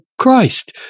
Christ